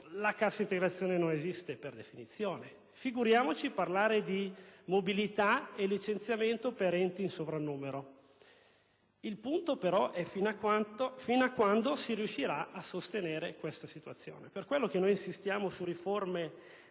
La cassa integrazione non esiste per definizione; figuriamoci parlare di mobilità e licenziamento per enti in sovrannumero! Il punto è: fino a quando si riuscirà a sostenere questa situazione? Per questo motivo insistiamo su riforme